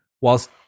whilst